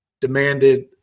demanded